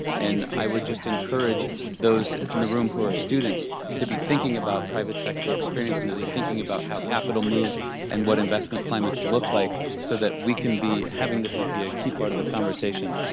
and i would just encourage those in the room who are students to be thinking about private sector experience and to be thinking about how capital moves and what investment climates look like so that we can be having this be a key part of the conversation.